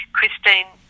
Christine